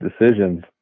decisions